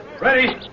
Ready